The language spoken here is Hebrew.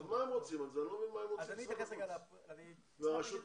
אז אני לא מבין מה הם רוצים ברשות האוכלוסין.